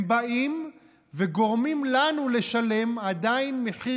הם באים וגורמים לנו לשלם עדיין מחיר